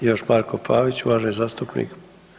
Još Marko Pavić uvaženi zastupnik.